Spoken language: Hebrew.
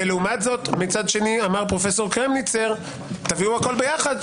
מצד שני אמר פרופ' קרמניצר: תביאו הכול יחד,